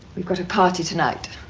we've got a party tonight,